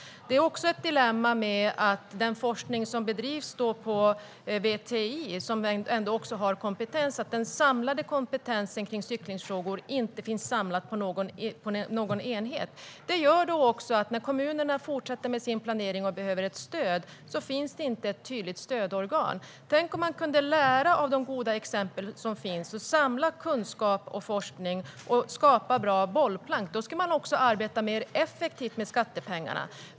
Det är också ett dilemma att kompetensen för cykelfrågor inte finns samlad på någon enhet, inte ens när det gäller den forskning som bedrivs på VTI, där det finns kompetens. Det betyder att det inte finns något tydligt stödorgan för kommunerna när de fortsätter med sin planering och behöver stöd. Tänk om man kunde lära av de goda exempel som finns, samla kunskap och forskning och skapa bra bollplank! Då skulle det också gå att arbeta mer effektivt med skattepengarna.